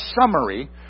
summary